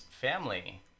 family